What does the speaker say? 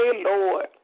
Lord